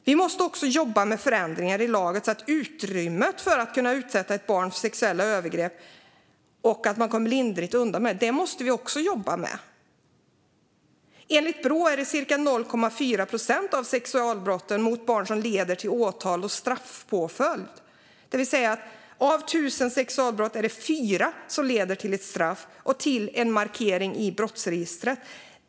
Vi måste också jobba med förändringar i lagen, så att utrymmet minskar för att kunna utsätta ett barn för sexuella övergrepp och komma lindrigt undan. Enligt Brå är det cirka 0,4 procent av sexualbrotten mot barn som leder till åtal och straffpåföljd. Av 1 000 sexualbrott är det alltså 4 som leder till ett straff och till en markering i brottsregistret.